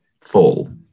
fall